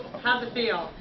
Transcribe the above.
how's it feel?